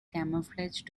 camouflage